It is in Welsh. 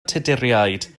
tuduriaid